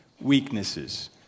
weaknesses